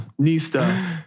Nista